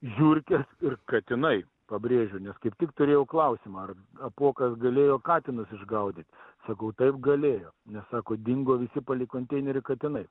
žiurkės ir katinai pabrėžiu nes kaip tik turėjau klausimą ar apuokas galėjo katinus išgaudyt sakau taip galėjo nes sako dingo visi palei konteinerį katinai